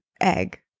egg